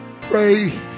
Pray